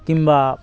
কিংবা